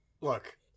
Look